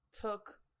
took